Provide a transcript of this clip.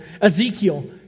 Ezekiel